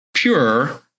pure